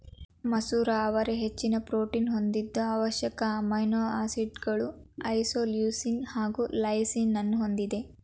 ಮಸೂರ ಅವರೆ ಹೆಚ್ಚಿನ ಪ್ರೋಟೀನ್ ಹೊಂದಿದ್ದು ಅವಶ್ಯಕ ಅಮೈನೋ ಆಸಿಡ್ಗಳು ಐಸೋಲ್ಯೂಸಿನ್ ಹಾಗು ಲೈಸಿನನ್ನೂ ಹೊಂದಿದೆ